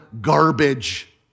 garbage